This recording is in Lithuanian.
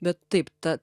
bet taip ta